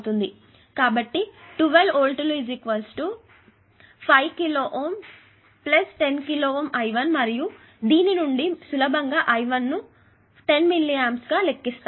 కాబట్టి 12 వోల్ట్లు s 5 కిలోΩ I1 10 కిలోΩ I1 మరియు దీని నుండి మీరు I1 ను సులభంగా 8 మిల్లీ ఆంప్స్ గా లెక్కిస్తారు